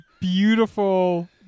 Beautiful